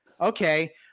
okay